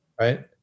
Right